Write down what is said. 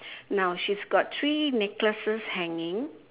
now she's got three necklaces hanging